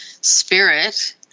spirit